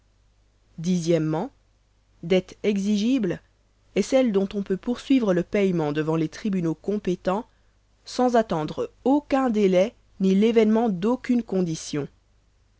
o dette exigible est celle dont on peut poursuivre le paiement devant les tribunaux compétens sans attendre aucun délai ni l'événement d'aucune condition